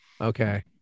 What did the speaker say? Okay